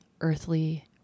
earthly